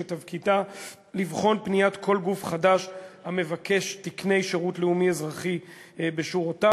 שתפקידה לבחון פניית כל גוף חדש המבקש תקני שירות לאומי אזרחי בשורותיו,